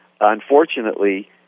Unfortunately